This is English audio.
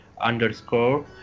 underscore